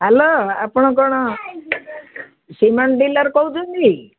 hello ଆପଣ କ'ଣ cement dealer କହୁଛନ୍ତି